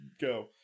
Go